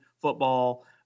football